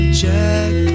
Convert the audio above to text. check